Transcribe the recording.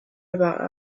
about